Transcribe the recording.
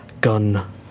gun